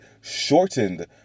shortened